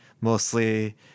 mostly